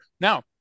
Now